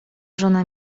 żona